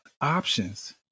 options